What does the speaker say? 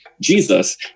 Jesus